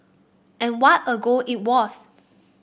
and what a goal it was